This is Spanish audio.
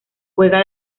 juega